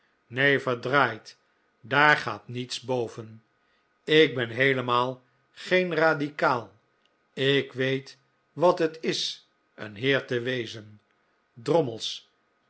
nee verdraaid daar gaat niets boven ik ben heelemaal geen radicaal ik weet wat het is een heer te wezen drommels